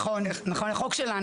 נכון, לחוק שלנו.